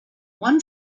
one